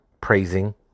praising